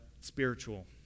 spiritual